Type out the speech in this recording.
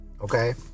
okay